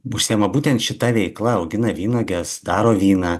užsiema būtent šita veikla augina vynuoges daro vyną